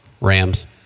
Rams